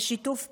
בשיתוף פעולה.